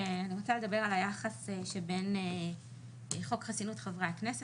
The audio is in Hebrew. אני רוצה לדבר על היחס שבין חוק חסינות חברי הכנסת,